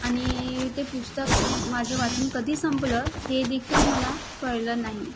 आणि ते पुस्तक माझ्या वाचून कधी संपलं हेदेखील मला कळलं नाही